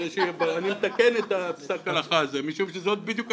אני מתקן את פסק ההלכה הזה משום שזו בדיוק הנקודה.